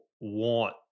want